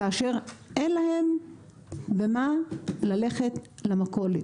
כאשר אין להם עם מה ללכת למכולת.